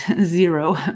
zero